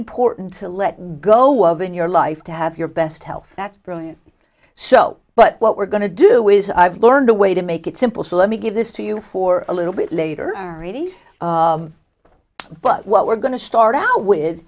important to let go of in your life to have your best health that's brilliant so but what we're going to do is i've learned the way to make it simple so let me give this to you for a little bit later reading but what we're going to start out with